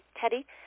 teddy